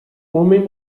homem